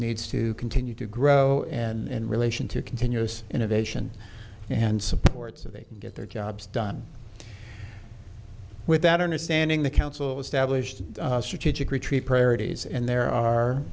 needs to continue to grow in relation to continuous innovation and supports that they get their jobs done with that understanding the council established a strategic retreat priorities and there are